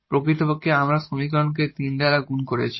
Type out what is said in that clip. প্রকৃতপক্ষে আমরা এই সমীকরণকে 3 দ্বারা গুণ করেছি